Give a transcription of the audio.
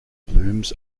blooms